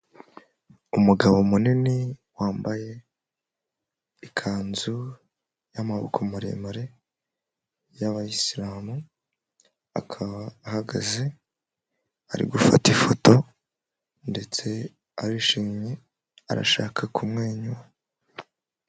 Umugabo munini wambaye ikanzu y'amaboko maremare y'abayisilamu, akaba ahagaze ari gufata ifoto ndetse arishimye arashaka kumwenyura.